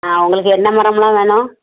உங்களுக்கு என்ன மரமெல்லாம் வேணும்